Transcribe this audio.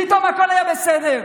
פתאום הכול היה בסדר.